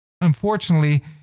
unfortunately